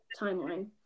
timeline